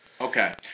Okay